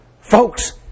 Folks